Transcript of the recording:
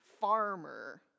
farmer